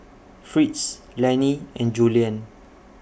Fritz Lennie and Julianne